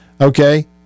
Okay